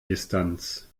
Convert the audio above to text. distanz